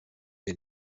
wir